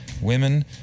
women